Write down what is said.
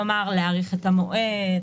כלומר להאריך את המועד,